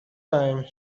time